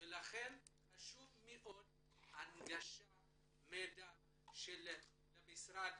ולכן הנגשת המידע של המשרד